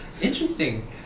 Interesting